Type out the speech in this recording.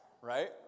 right